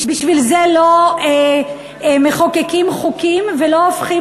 בשביל זה לא מחוקקים חוקים ולא הופכים